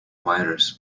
virus